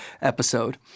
episode